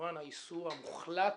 האיסור המוחלט,